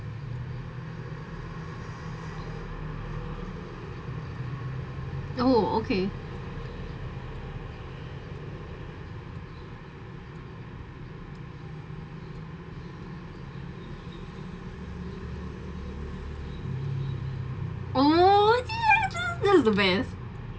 oh okay oh ya that was the best